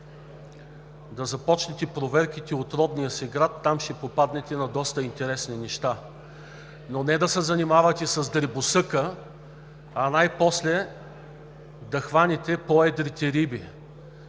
да започнете проверките от родния си град и там ще попаднете на доста интересни неща, а не да се занимавате с дребосъка и най-после да хванете по-едрите риби.